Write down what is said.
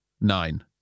nine